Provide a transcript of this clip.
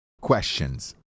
questions